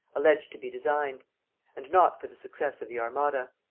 alleged to be designed and not for the success of the armada.